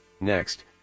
Next